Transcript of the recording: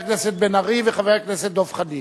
חבר הכנסת בן-ארי וחבר הכנסת דב חנין.